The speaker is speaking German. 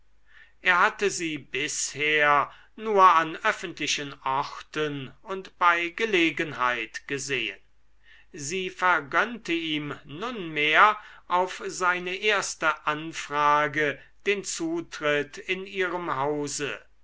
er hatte sie bisher nur an öffentlichen orten und bei gelegenheit gesehen sie vergönnte ihm nunmehr auf seine erste anfrage den zutritt in ihrem hause